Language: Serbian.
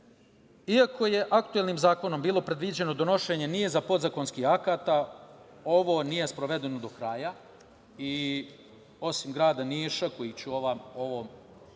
itd. Iako je aktuelnim zakonom bilo predviđeno donošenje niza podzakonskih akata, ovo nije sprovedeno do kraja i osim grada Niša, koji danas